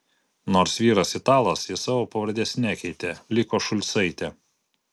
nors vyras italas ji savo pavardės nekeitė liko šulcaitė